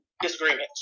disagreements